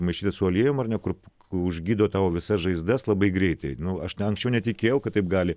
maišytas su aliejum ar ne kur užgydo tavo visas žaizdas labai greitai nu aš ne anksčiau netikėjau kad taip gali